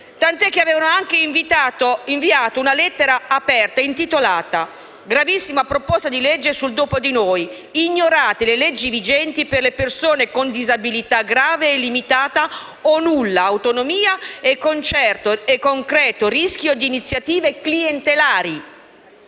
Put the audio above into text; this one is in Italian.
Tant'è che avevano anche inviato una lettera aperta intitolata «Gravissima proposta di legge sul "dopo di noi": ignorate le leggi vigenti per le persone con disabilità grave e limitata o nulla autonomia e concreto rischio di iniziative clientelari».